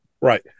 Right